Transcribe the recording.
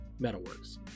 Metalworks